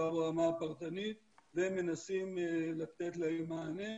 לא ברמה הפרטנית ומנסים לתת להן מענה.